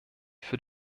für